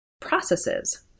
processes